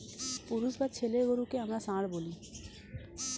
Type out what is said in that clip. পুরুষ বা ছেলে গরুকে আমরা ষাঁড় বলি